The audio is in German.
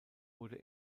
wurde